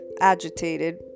agitated